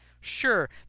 Sure